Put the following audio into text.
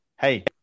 Hey